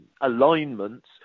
alignments